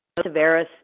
Tavares